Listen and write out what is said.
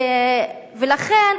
ולכן,